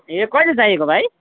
ए कहिले चाहिएको भाइ